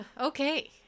Okay